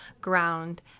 ground